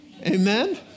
Amen